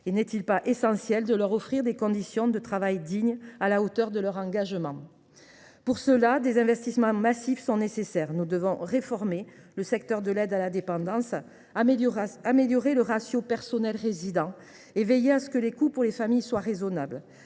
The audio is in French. N’est il pas essentiel de leur offrir des conditions de travail dignes, à la hauteur de leur engagement ? Pour cela, des investissements massifs sont nécessaires. Nous devons réformer le secteur de l’aide à la dépendance, améliorer le ratio personnel résidents et veiller à ce que les coûts pour les familles soient raisonnables.